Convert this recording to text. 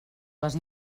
les